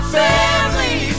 family